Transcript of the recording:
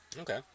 Okay